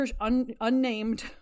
unnamed